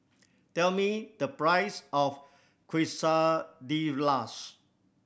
tell me the price of Quesadillas